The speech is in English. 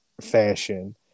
fashion